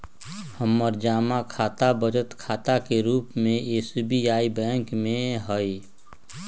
हमर जमा खता बचत खता के रूप में एस.बी.आई बैंक में हइ